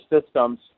systems